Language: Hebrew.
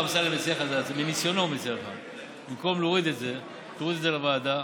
מציע לך, במקום להוריד את זה, תוריד את זה לוועדה.